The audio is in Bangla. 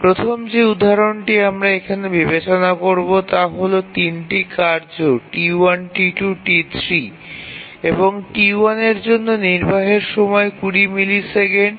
প্রথম যে উদাহরণটি আমরা এখানে বিবেচনা করব তা হল ৩ টি কার্য T1 T2 এবং T3 এবং T1 এর জন্য নির্বাহের সময় ২০ মিলিসেকেন্ড